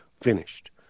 finished